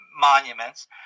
monuments